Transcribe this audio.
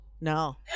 No